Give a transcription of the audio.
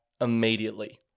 immediately